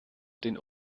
den